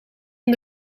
van